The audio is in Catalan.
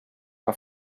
que